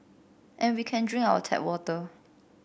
and we can drink our tap water